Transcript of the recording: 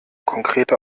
konkrete